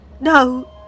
No